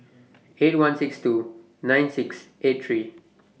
eight one six two nine six eight three